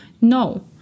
No